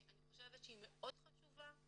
היא מאוד חשובה.